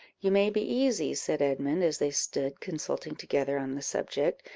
you may be easy, said edmund, as they stood consulting together on the subject,